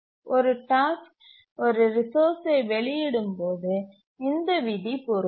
ஒரு டாஸ்க் ஒரு ரிசோர்ஸ்சை வெளியிடும் போது இந்த விதி பொருந்தும்